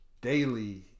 daily